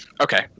Okay